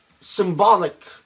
symbolic